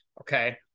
Okay